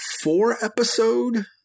four-episode